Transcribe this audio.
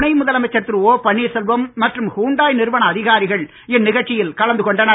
துணை முதலமைச்சர் பன்னீர்செல்வம் மற்றும் ஹுண்டாய் நிறுவன அதிகாரிகள் இந்நிகழ்ச்சியில் கலந்து கொண்டனர்